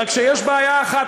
רק שיש בעיה אחת,